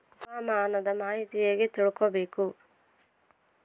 ಹವಾಮಾನದ ಮಾಹಿತಿ ಹೇಗೆ ತಿಳಕೊಬೇಕು?